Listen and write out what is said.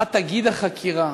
מה תגיד החקירה,